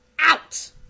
out